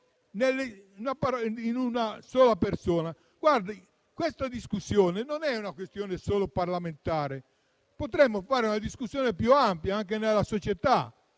di una sola persona. Questa discussione non è una questione solo parlamentare. Potremmo fare una discussione più ampia, anche nella società.